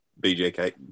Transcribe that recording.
BJK